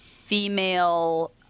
female